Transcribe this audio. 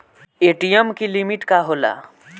ATM की limit का होला?